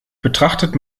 betrachtet